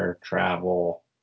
travel